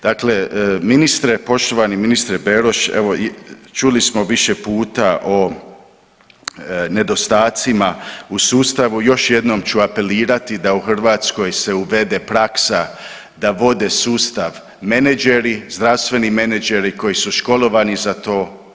Dakle, ministre, poštovani ministre Beroš evo čuli smo više puta o nedostacima u sustavu, još jednom ću apelirati da u Hrvatskoj se uvede praksa da vode sustava menadžeri, zdravstveni menadžeri koji su školovani za to.